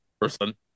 person